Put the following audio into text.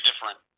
different